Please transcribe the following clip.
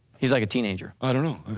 he's like a teenager, i dunno.